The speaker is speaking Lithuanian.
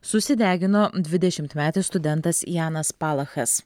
susidegino dvidešimtmetis studentas janas palachas